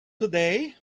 today